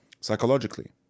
Psychologically